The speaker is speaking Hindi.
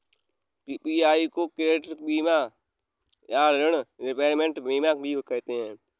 पी.पी.आई को क्रेडिट बीमा या ॠण रिपेयरमेंट बीमा भी कहते हैं